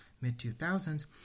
mid-2000s